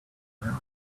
where